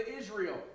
Israel